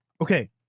Okay